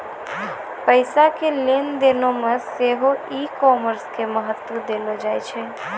पैसा के लेन देनो मे सेहो ई कामर्स के महत्त्व देलो जाय छै